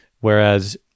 Whereas